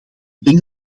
denk